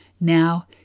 Now